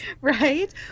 right